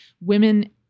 women